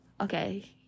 Okay